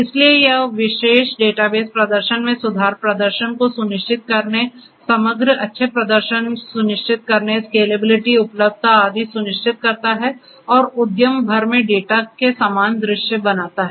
इसलिए यह विशेष डेटाबेस प्रदर्शन में सुधार प्रदर्शन को सुनिश्चित करने समग्र अच्छे प्रदर्शन सुनिश्चित करने स्केलेबिलिटी उपलब्धता आदि सुनिश्चित करता है और उद्यम भर में डेटा के समान दृश्य बनाता है